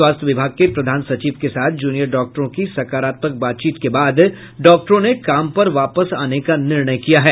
स्वास्थ्य विभाग के प्रधान सचिव के साथ जूनियर डॉक्टरों की सकारात्मक बातचीत के बाद डॉक्टरों ने काम पर वापस आने का निर्णय किया है